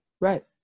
Right